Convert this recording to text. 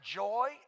joy